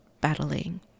battling